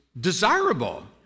desirable